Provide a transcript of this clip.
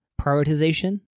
prioritization